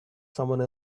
someone